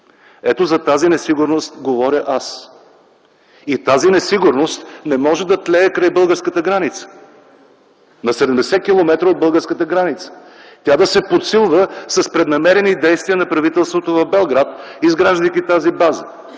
Ето, за тази несигурност говоря аз. И тази несигурност не може да тлее край българската граница, на 70 км от българската граница, и тя да се подсилва с преднамерени действия на правителството в Белград, изграждайки тази база,